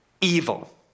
evil